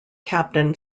captain